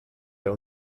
der